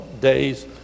days